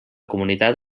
comunitat